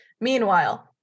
meanwhile